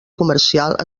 comercial